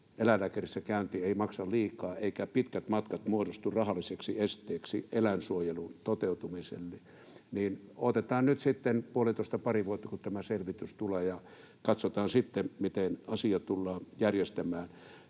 eläinlääkärissä käynti ei maksa liikaa eivätkä pitkät matkat muodostu rahalliseksi esteeksi eläinsuojelun toteutumiselle. Odotellaan nyt sitten puolitoista—pari vuotta, kun tämä selvitys tulee, ja katsotaan sitten, miten asia tullaan järjestämään.